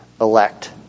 elect